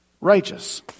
righteous